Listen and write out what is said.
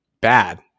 bad